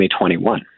2021